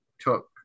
took